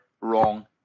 wrong